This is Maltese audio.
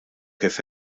kif